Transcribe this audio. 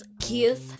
kiss